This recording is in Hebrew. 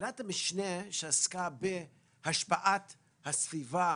ועדת המשנה, שעסקה בהשפעת הסביבה